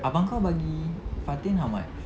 abang kau bagi fatin how much